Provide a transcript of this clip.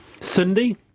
Cindy